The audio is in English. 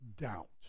doubt